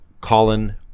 Colin